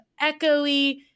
echoey